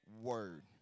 word